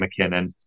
mckinnon